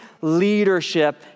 leadership